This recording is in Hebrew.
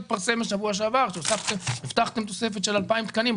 התפרסם בשבוע שעבר שהבטחתם תוספת של 2,000 תקנים,